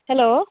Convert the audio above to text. hello